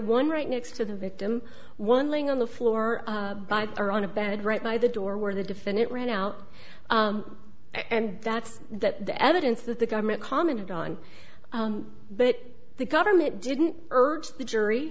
one right next to the victim one laying on the floor by or on a bed right by the door where the defendant ran out and that's that the evidence that the government commented on but the government didn't urge the jury